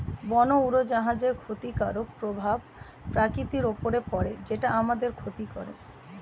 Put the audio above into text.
বন উজাড়ের ক্ষতিকারক প্রভাব প্রকৃতির উপর পড়ে যেটা আমাদের ক্ষতি করে